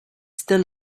still